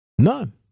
None